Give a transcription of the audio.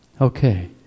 Okay